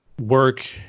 work